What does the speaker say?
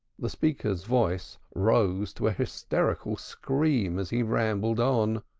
the speaker's voice rose to a hysterical scream, as he rambled on.